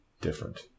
Different